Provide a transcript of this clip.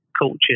cultures